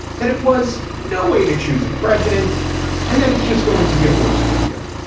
that it was no way to choose a president and that it's just going to get worse from here.